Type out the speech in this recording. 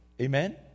Amen